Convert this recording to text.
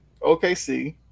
okc